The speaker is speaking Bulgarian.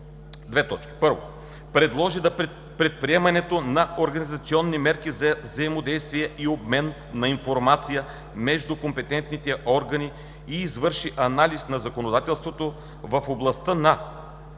1. Да предложи предприемането на организационни мерки за взаимодействие и обмен на информация между компетентните органи и извърши анализ на законодателството в областта на